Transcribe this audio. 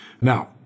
now